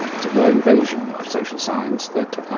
as it were, invasion of social science that